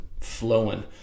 flowing